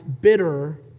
bitter